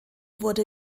wurde